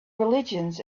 religions